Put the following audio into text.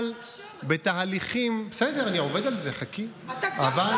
אבל בתהליכים, אתה שר